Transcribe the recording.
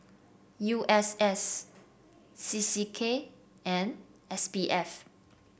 U S S C C K and S P F